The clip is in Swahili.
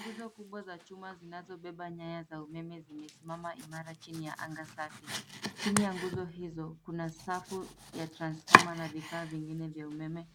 Nguzo kubwa za chuma zinazobeba nyaya za umeme zimesimama imara chini ya anga safi. Chini ya nguzo hizo kuna safu ya transoma na vifaa vingine vya umeme